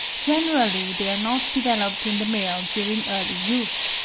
generally they are not developed in the male during early youth,